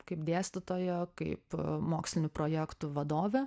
kaip dėstytoja kaip mokslinių projektų vadovė